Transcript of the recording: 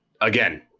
again